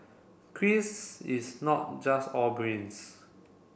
Chris is not just all brains